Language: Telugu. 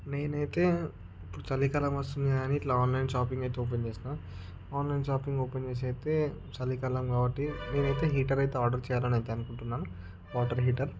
నేనైతే చలికాలం వస్తుంది అని ఇట్లా ఆన్లైన్ షాపింగ్ అయితే ఓపెన్ చేసిన ఆన్లైన్ షాపింగ్ ఓపెన్ చేసి అయితే చలికాలం కాబట్టి నేనైతే హీటర్ అయితే ఆర్డర్ చెయ్యాలి అని అయితే అనుకుంటున్నాను వాటర్ హీటర్